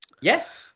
Yes